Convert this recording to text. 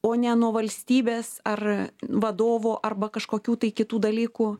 o ne nuo valstybės ar vadovo arba kažkokių tai kitų dalykų